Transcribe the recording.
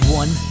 one